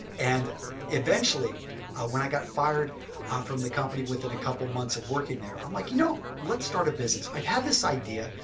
and eventually when i got fired from the company within a couple of months of working there i am like you know let's start a business. i have had this idea,